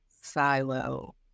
silo